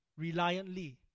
reliantly